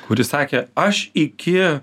kuri sakė aš iki